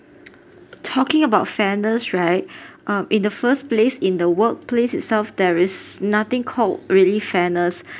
talking about fairness right uh in the first place in the workplace itself there is nothing called really fairness